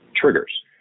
triggers